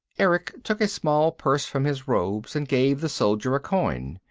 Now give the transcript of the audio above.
erick took a small purse from his robes and gave the soldier a coin.